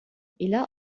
إلى